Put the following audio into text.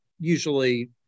usually